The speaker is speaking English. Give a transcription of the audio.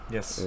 Yes